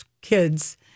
kids